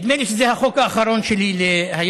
נדמה לי שזה החוק האחרון שלי להיום.